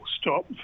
stop